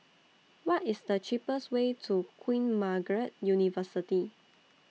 What IS The cheapest Way to Queen Margaret University